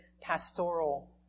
pastoral